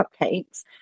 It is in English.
cupcakes